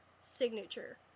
signature